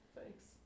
Thanks